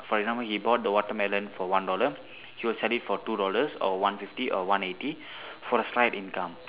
for example he bought the watermelon for one dollar he will sell it for two dollars or one fifty or one eighty for a slight income